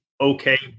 okay